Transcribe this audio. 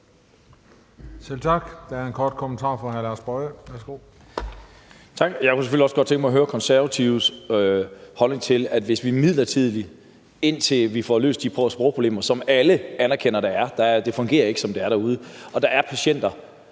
Værsgo. Kl. 12:03 Lars Boje Mathiesen (NB): Tak. Jeg kunne selvfølgelig også godt tænke mig at høre Konservatives holdning til det midlertidige, indtil vi får løst de sprogproblemer, som alle anerkender der er. Det fungerer ikke derude, og der er patienter,